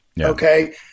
Okay